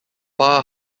far